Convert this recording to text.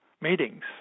meetings